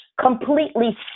Completely